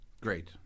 Great